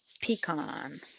pecan